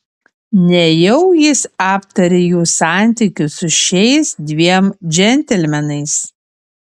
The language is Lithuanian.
nejau jis aptarė jų santykius su šiais dviem džentelmenais